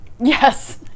Yes